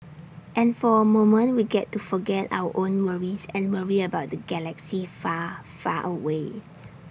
and for A moment we get to forget our own worries and worry about the galaxy far far away